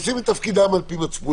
שעושים את תפקידם על פי מצפונם,